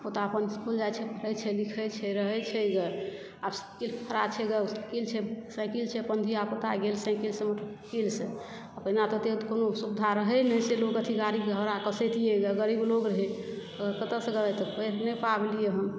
पोता अपन इसकुल जाइ छै पढ़ै छै लिखै छै रहै छै ग आब साइकिल खड़ा छै ग साइकिल छै अपना धिया पूता गेल ओहि साइकिल सॅं पहिने तऽ ओते कोनो सुविधा रहै नहि से लोक अथी गाड़ी घोड़ा के कसैबतियै ग गरीब लोग रहै तऽ कतय सॅं तऽ पढि नहि पेलियै हम